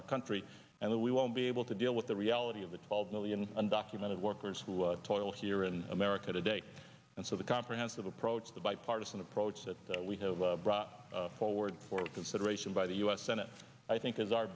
our country and we won't be able to deal with the reality of the twelve million undocumented workers who toil here in america today and so the comprehensive approach the bipartisan approach that we have brought forward for consideration by the u s senate i think is our